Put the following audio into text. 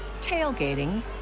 tailgating